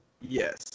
yes